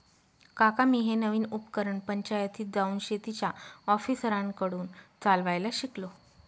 काका मी हे नवीन उपकरण पंचायतीत जाऊन शेतीच्या ऑफिसरांकडून चालवायला शिकलो